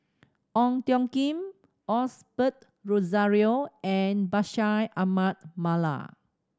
Ong Tiong Khiam Osbert Rozario and Bashir Ahmad Mallal